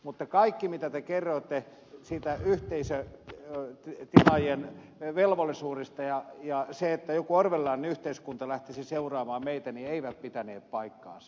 mutta kaikki mitä te kerrotte siitä ettei se tuo kerroitte yhteisötilaajien velvollisuuksista ja se että joku orwellilainen yhteiskunta lähtisi seuraamaan meitä eivät pitäneet paikkaansa